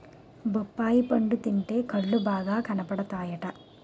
బొప్పాయి పండు తింటే కళ్ళు బాగా కనబడతాయట